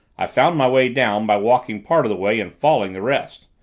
i found my way down by walking part of the way and falling the rest.